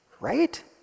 Right